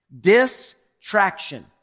Distraction